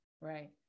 Right